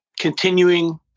continuing